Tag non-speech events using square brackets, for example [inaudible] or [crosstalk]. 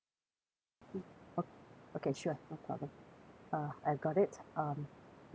mm okay okay sure no problem [breath] uh I've got it um [breath] ya [breath]